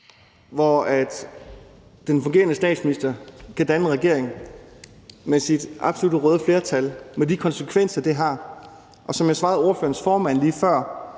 hvor den fungerende statsminister kan danne en regering med sit absolutte røde flertal med de konsekvenser, det har. Og som jeg svarede ordførerens formand lige før,